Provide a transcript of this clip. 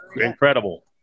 incredible